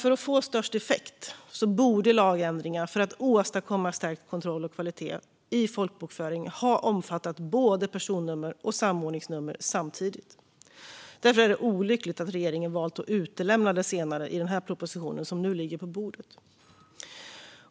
För att få störst effekt borde lagändringar för att åstadkomma stärkt kontroll och kvalitet i folkbokföringen ha omfattat både personnummer och samordningsnummer samtidigt. Därför är det olyckligt att regeringen har valt att utelämna det senare i den proposition som nu ligger på bordet.